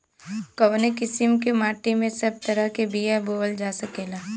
कवने किसीम के माटी में सब तरह के बिया बोवल जा सकेला?